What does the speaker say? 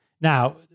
now